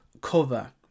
cover